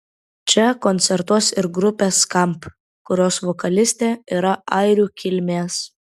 čia koncertuos ir grupė skamp kurios vokalistė yra airių kilmės